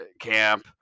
camp